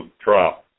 trial